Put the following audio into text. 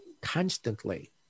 constantly